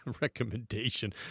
recommendation